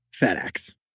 FedEx